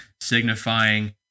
signifying